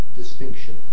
distinction